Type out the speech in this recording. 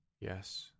Yes